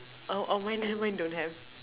oh oh mine mine don't have